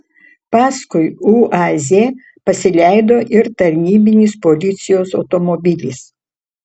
paskui uaz pasileido ir tarnybinis policijos automobilis